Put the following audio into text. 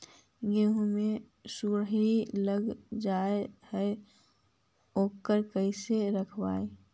गेहू मे सुरही लग जाय है ओकरा कैसे रखबइ?